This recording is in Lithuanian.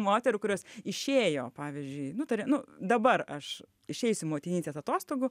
moterų kurios išėjo pavyzdžiui nutarė nu dabar aš išeisiu motinystės atostogų